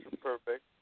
Perfect